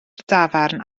dafarn